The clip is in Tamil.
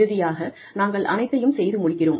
இறுதியாக நாங்கள் அனைத்தையும் செய்து முடிக்கிறோம்